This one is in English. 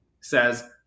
says